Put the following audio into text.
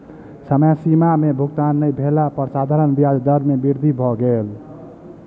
समय सीमा में भुगतान नै भेला पर साधारण ब्याज दर में वृद्धि भ गेल